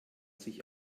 sich